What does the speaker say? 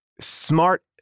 smart